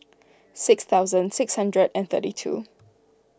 six thousand six hundred and thirty two